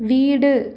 வீடு